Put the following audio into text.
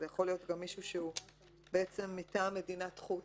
זה יכול להיות גם מישהו שהוא מטעם מדינת חוץ.